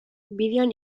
bideoan